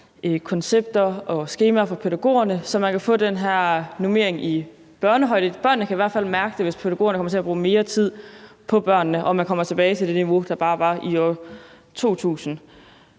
koncepter og skemaer fra pædagogernes arbejde, så man kan få den her normering i børnehøjde. Børnene kan i hvert fald mærke det, hvis pædagogerne kommer til at bruge mere tid på børnene og man kommer tilbage til det niveau, der var bare i år 2000.